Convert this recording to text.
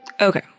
Okay